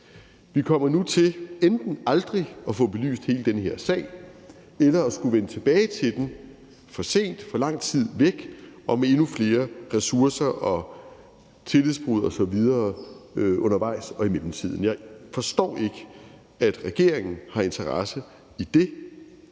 Vi kommer nu til enten aldrig at få belyst hele den her sag eller at skulle vende tilbage til den for sent, for langt væk i tid, med brug af endnu flere ressourcer og med tillidsbrud osv. undervejs og i mellemtiden. Jeg forstår ikke, at regeringen har interesse i det.